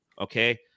okay